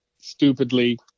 stupidly